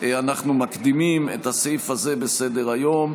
אין מתנגדים, אין נמנעים.